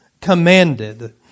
commanded